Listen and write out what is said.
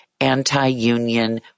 anti-union